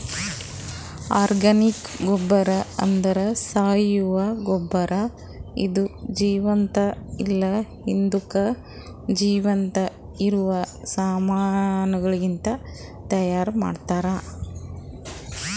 organic ಗೊಬ್ಬರ ಅಂದ್ರ ಸಾವಯವ ಗೊಬ್ಬರ ಇದು ಜೀವಂತ ಇಲ್ಲ ಹಿಂದುಕ್ ಜೀವಂತ ಇರವ ಸಾಮಾನಗಳಿಂದ್ ತೈಯಾರ್ ಮಾಡ್ತರ್